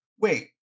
wait